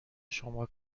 شما